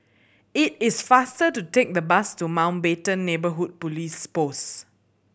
it is faster to take the bus to Mountbatten Neighbourhood Police Post